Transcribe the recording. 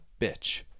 bitch